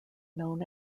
known